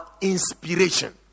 inspiration